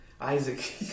Isaac